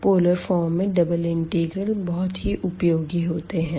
polar form में double integral बहुत ही उपयोगी होते है